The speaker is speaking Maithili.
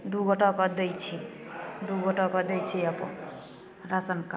दुइ गोटाके दै छै दुइ गोटाके दै छै अपन राशन कार्ड